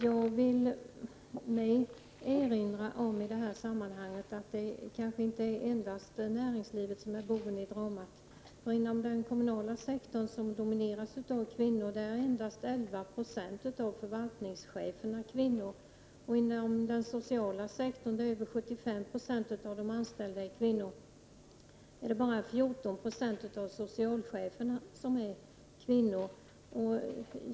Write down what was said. Jag vill i det här sammanhanget erinra om att det kanske inte endast är näringslivet som är boven i dramat. Inom den kommunala sektorn, som domineras av kvinnor, är endast 11 % av förvaltningscheferna kvinnor, och inom den sociala sektorn, där över 75 % av de anställda är kvinnor, är bara 14 % av socialcheferna kvinnor.